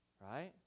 right